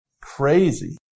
crazy